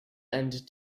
and